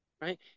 Right